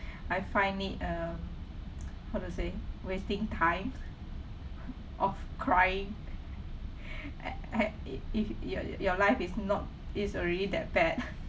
I find it um how to say wasting time of crying a~ a~ if your your life is not is already that bad